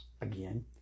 Again